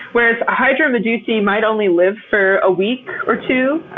whereas hydromedusae might only live for a week or two,